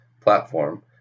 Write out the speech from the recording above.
platform